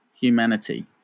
humanity